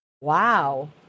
Wow